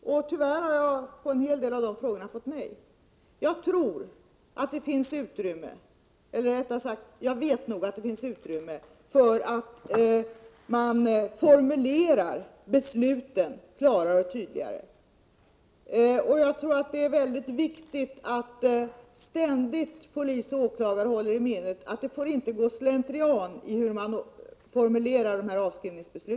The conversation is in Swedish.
Tyvärr har jag på en hel del av de frågorna fått nej. Det finns utrymme för att formulera besluten klarare och tydligare. Jag tror också det är viktigt att polis och åklagare ständigt håller i minnet att det inte får gå slentrian i hur man formulerar ett avskrivningsbeslut.